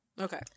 Okay